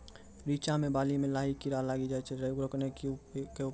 रिचा मे बाली मैं लाही कीड़ा लागी जाए छै रोकने के उपाय?